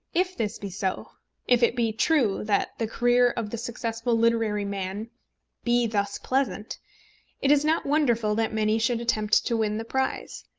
if this be so if it be true that the career of the successful literary man be thus pleasant it is not wonderful that many should attempt to win the prize.